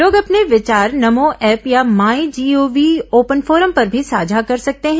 लोग अपने विचार नमो एप या माई जीओवी ओपन फोरम पर भी साझा कर सकते हैं